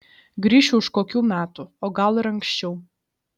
grįšiu už kokių metų o gal ir anksčiau